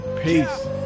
Peace